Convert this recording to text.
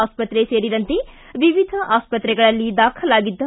ಆಸ್ತತ್ರೆ ಸೇರಿದಂತೆ ವಿವಿಧ ಆಸ್ತ್ರತ್ರಗಳಲ್ಲಿ ದಾಖಲಾಗಿದ್ದ